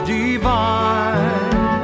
divine